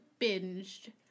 binged